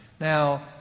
Now